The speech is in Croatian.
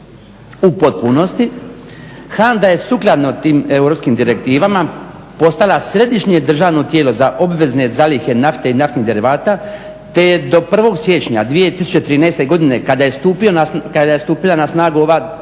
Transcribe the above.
u potpunosti HANDA je sukladno tim europskim direktivama postala središnje državno tijelo za obvezne zalihe nafte i naftnih derivata te je do 1. siječnja 2013. godine kada je stupila na snagu ova